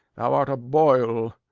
thou art a boil,